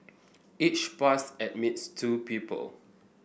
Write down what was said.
each pass admits two people